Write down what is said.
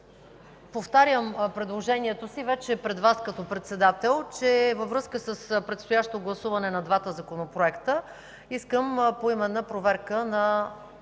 Повтарям предложението си – вече е пред Вас, като председател, че във връзка с предстоящото гласуване на двата законопроекта искам поименна проверка на